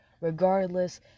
Regardless